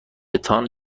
تان